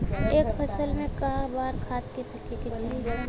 एक फसल में क बार खाद फेके के चाही?